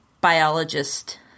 biologist